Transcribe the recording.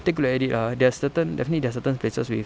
take to the edit ah there certain definitely there certain places with